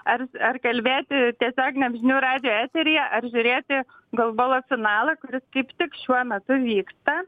ar ar kalbėti tiesioginiam žinių radijo eteryje ar žiūrėti golbolo finalą kuris kaip tik šiuo metu vyksta